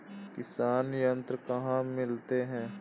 किसान यंत्र कहाँ मिलते हैं?